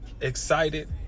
excited